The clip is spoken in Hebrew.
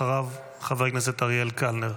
אחריו, חבר הכנסת אריאל קלנר.